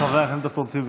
חבר כנסת ד"ר טיבי.